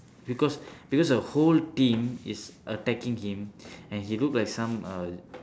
because because the whole team is attacking him and he look like some uh